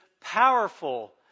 powerful